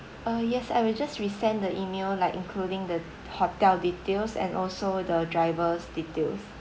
uh yes I will just resend the email like including the hotel details and also the driver's details